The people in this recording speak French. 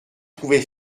trouvai